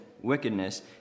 wickedness